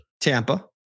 Tampa